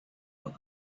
were